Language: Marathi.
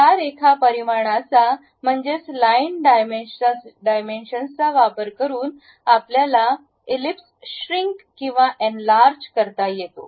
तर त्या रेखा परिमाणा चा म्हणजेच लाईन डायमेन्शन चा वापर करून आपल्याला इलिप्स श्रिंक किंवा एनलार्ज करता येते